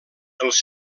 els